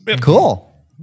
Cool